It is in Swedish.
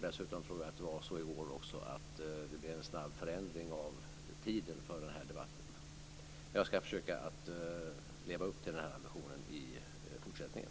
Dessutom tror jag att det i går också blev en snabb förändring av tiden för den debatten. Men jag skall försöka att leva upp till den här ambitionen i fortsättningen.